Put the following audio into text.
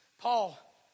Paul